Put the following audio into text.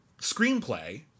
screenplay